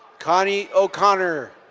connie o'connor.